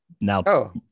now